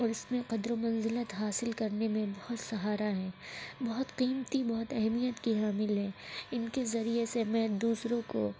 اس میں قدر و منزلت حاصل کرنے میں بہت سہارا ہے بہت قیمتی بہت اہمیت کی حامل ہے ان کے ذریعے سے میں دوسروں کو